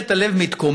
באמת, הלב מתקומם.